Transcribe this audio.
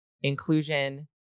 inclusion